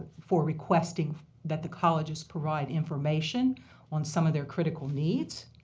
for requesting that the colleges provide information on some of their critical needs.